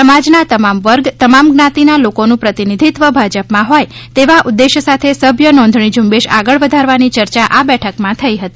સમાજના તમામ વર્ગ તમામ જ્ઞાતિના લોકોનું પ્રતિનિધિત્વ ભાજપમાં હોય તેવા ઉદ્દેશ સાથે સભ્ય નોંધણી ઝુંબેશ આગળ વધારવાની ચર્ચા આ બેઠકમાં થઇ હતી